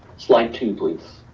slide two, please.